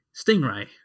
Stingray